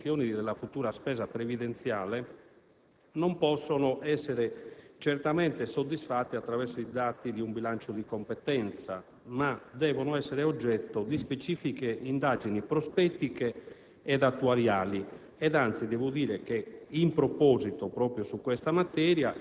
poste dal presidente Morando, come ad esempio quelle relative alle prevedibili evoluzioni della futura spesa previdenziale, non possono essere certamente soddisfatte attraverso i dati di un bilancio di competenza, ma devono essere oggetto di specifiche indagini prospettiche